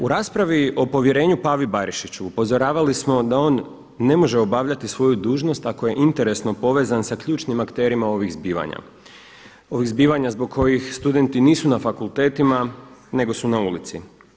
U raspravi o povjerenju Pavi Barišiću upozoravali smo da on ne može obavljati svoju dužnost ako je interesno povezan sa ključnim akterima ovih zbivanja, ovih zbivanja zbog kojih studenti nisu na fakultetima nego su na ulici.